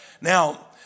Now